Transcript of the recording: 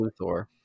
Luthor